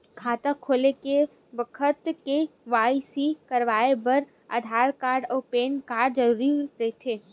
खाता खोले के बखत के.वाइ.सी कराये बर आधार कार्ड अउ पैन कार्ड जरुरी रहिथे